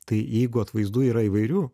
tai jeigu atvaizdų yra įvairių